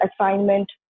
assignment